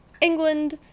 England